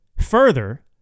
further